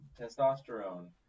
testosterone